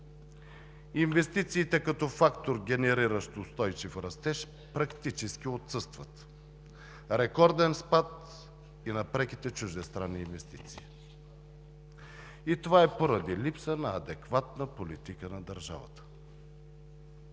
Инвестициите като фактор, генериращ устойчив растеж, практически отсъстват. Рекорден е спадът и на преките чуждестранни инвестиции, и това е поради липса на адекватна политика на държавата.